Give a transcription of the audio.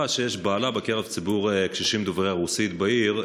שיש בעיה בקרב ציבור הקשישים דוברי הרוסית בעיר,